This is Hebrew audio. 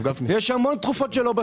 יש המון תרופת שלא בסל.